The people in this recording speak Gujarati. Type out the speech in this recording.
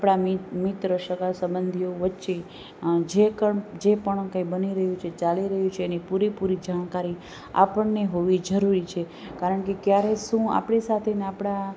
આપણા મિ મિત્રો સગા સંબંધીઓ વચ્ચે જે કંઈ બની રહ્યું છે જે ચાલી રહ્યું છે એની પુરી પુરી જાણકારી આપણને હોવી જરૂરી છે કારણ કે ક્યારે શું આપણી સાથે અને આપણા